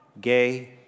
gay